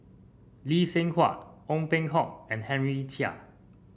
Lee Seng Huat Ong Peng Hock and Henry Chia